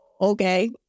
Okay